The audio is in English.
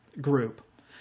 group